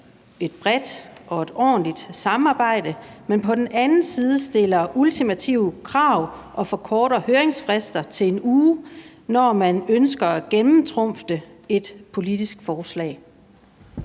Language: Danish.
et bredt og ordentligt samarbejde, men på den anden side stiller ultimative krav og forkorter høringsfrister til 1 uge, når den ønsker at gennemtrumfe et politisk forslag?